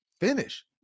finish